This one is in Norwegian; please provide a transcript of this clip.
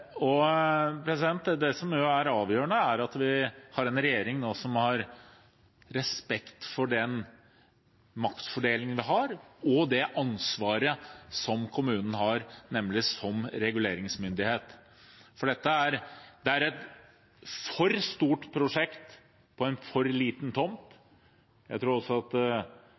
Det som er avgjørende, er at vi har en regjering som har respekt for den maktfordelingen vi har, og det ansvaret som kommunen har som reguleringsmyndighet. For det er et for stort prosjekt på en for liten